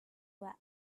wept